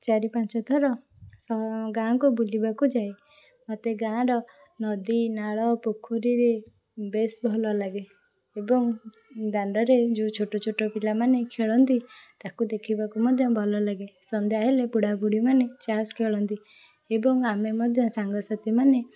ଚାରି ପାଞ୍ଚ ଥର ଗାଁକୁ ବୁଲିବାକୁ ଯାଏ ମୋତେ ଗାଁର ନଦୀ ନାଳ ପୋଖରୀରେ ବେଶ୍ ଭଲ ଲାଗେ ଏବଂ ଦାଣ୍ଡରେ ଯେଉଁ ଛୋଟ ଛୋଟ ପିଲାମାନେ ଖେଳନ୍ତି ତାକୁ ଦେଖିବାକୁ ମଧ୍ୟ ଭଲ ଲାଗେ ସନ୍ଧ୍ୟା ହେଲେ ବୁଢ଼ା ବୁଢ଼ୀମାନେ ତାସ୍ ଖେଳନ୍ତି ଏବଂ ଆମେ ମଧ୍ୟ ସାଙ୍ଗସାଥୀମାନେ